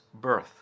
birth